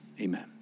Amen